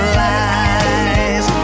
lies